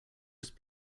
just